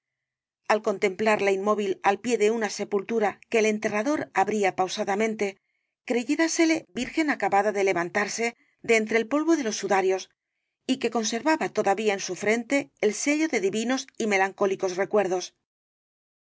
al contemplarla inmóvil al pie de una sepultura que el enterrador abría pausadamente creyérasele virgen acabada de levantarse de entre el polvo de los sudarios y que conservaba todavía en su frente el sello de divinos y melancólicos recuerdos